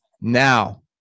Now